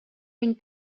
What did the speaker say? une